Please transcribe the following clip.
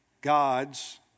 gods